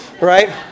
right